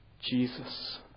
Jesus